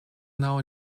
now